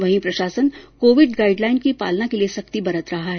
वहीं प्रशासन Covid guideline की पालना के लिए सख्ती बरत रहा है